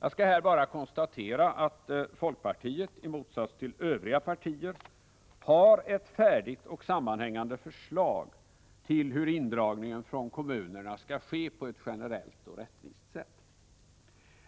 Jag skall här bara konstatera att folkpartiet — i motsats till övriga partier — har ett färdigt och sammanhängande förslag till hur indragningen från kommunerna skall kunna ske på ett generellt och rättvist sätt.